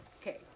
Okay